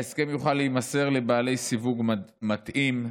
ההסכם יוכל להימסר לבעלי סיווג מתאים,